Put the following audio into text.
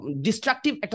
destructive